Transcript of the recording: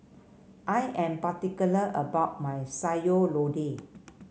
I am particular about my Sayur Lodeh